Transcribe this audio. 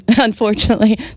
Unfortunately